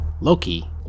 Loki